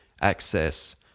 access